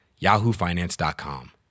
yahoofinance.com